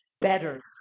better